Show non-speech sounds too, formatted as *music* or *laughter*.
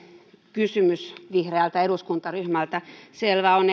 kysymys vihreältä eduskuntaryhmältä selvää on *unintelligible*